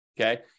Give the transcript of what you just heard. okay